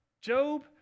Job